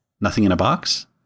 Nothing-in-a-box